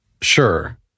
Sure